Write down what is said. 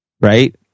right